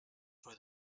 for